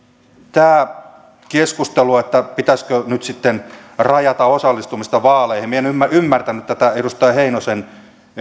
tämä keskustelu että pitäisikö nyt sitten rajata osallistumista vaaleihin minä en ymmärtänyt tätä edustaja heinosen